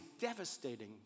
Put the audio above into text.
devastating